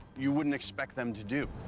you wouldn't expect them to do.